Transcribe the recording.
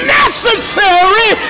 necessary